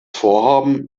vorhaben